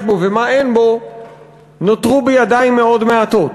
בו ומה אין בו נותרו בידיים מאוד מעטות.